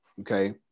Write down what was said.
okay